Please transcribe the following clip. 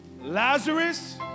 Lazarus